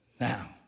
Now